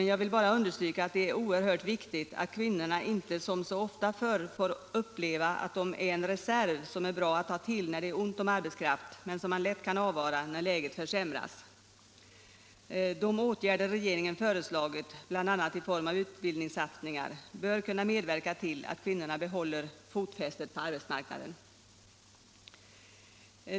Jag vill bara understryka att det är oerhört viktigt att kvinnorna inte som så ofta förr får uppleva att de är en reserv som är bra att ta till när det är ont om arbetskraft men som lätt kan avvaras när läget försämras. De åtgärder som regeringen föreslagit, bl.a. utbildningssatsningar, bör kunna bidra till att kvinnorna behåller fotfästet på arbetsmarknaden.